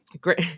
Great